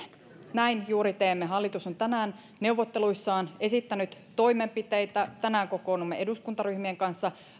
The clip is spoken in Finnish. näin juuri teemme hallitus on tänään neuvotteluissaan esittänyt toimenpiteitä tänään kokoonnumme eduskuntaryhmien kanssa